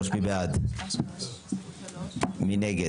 3. מי נגד?